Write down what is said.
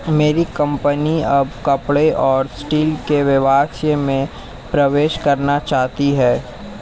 मेरी कंपनी अब कपड़े और स्टील के व्यवसाय में प्रवेश करना चाहती है